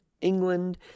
England